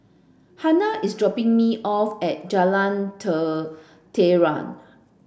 Hannah is dropping me off at Jalan Tenteram